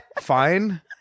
fine